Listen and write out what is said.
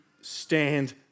stand